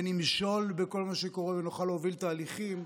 ונמשול בכל מה שקורה ונוכל להוביל תהליכים.